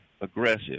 aggressive